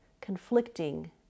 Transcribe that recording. conflicting